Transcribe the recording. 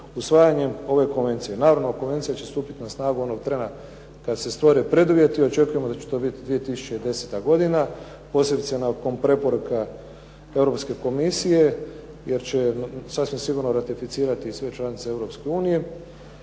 usvajanjem ove konvencije. Naravno, konvencija će stupiti na snagu onog trena kad se stvore preduvjeti. Očekujemo da će to biti 2010. godina, posebice nakon preporuka Europske komisije jer će sasvim sigurno ratificirati i sve članice